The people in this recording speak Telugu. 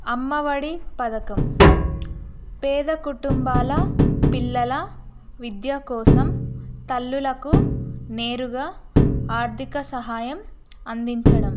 అమ్మఒడి పథకం పేద కుటుంబాల పిల్లల విద్యా కోసం తల్లులకు నేరుగా ఆర్థిక సహాయం అందించడం